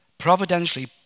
providentially